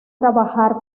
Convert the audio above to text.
trabajar